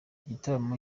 igitaramo